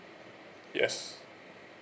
yes